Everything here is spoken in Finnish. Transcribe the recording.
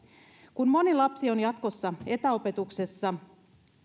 kun moni lapsi on jatkossa etäopetuksessa